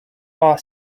are